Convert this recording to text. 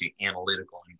analytical